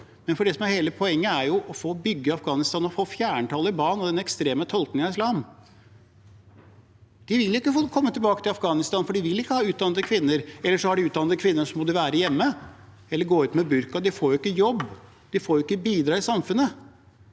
men det som er hele poenget, er jo å få bygget Afghanistan og få fjernet Taliban og den ekstreme tolkningen av islam. De vil ikke få komme tilbake til Afghanistan, for man vil ikke ha utdannede kvinner – eller de har utdannede kvinner som må være hjemme eller ha burka når de går ut. De får ikke jobb. De får ikke bidra i samfunnet,